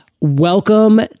Welcome